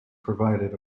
provided